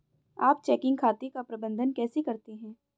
आप चेकिंग खाते का प्रबंधन कैसे करते हैं?